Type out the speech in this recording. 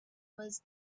was